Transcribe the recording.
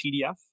PDF